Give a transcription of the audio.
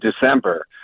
December